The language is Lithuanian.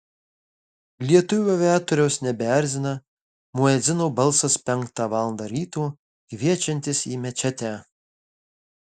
lietuvių aviatoriaus nebeerzina muedzino balsas penktą valandą ryto kviečiantis į mečetę